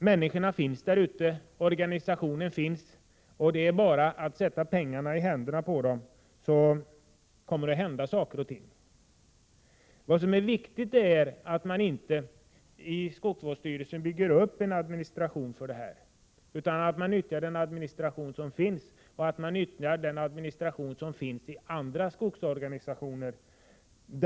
Människorna finns där ute och organisationen finns, så det är bara att sätta pengarna i händerna på människorna, så kommer det att hända saker och ting. Viktigt är att det inte i skogsvårdsstyrelsen byggs upp en administration härvidlag utan att man nyttjar den administration som finns inom styrelsen och att man tar i anspråk den administration som finns inom andra skogsorganisationer.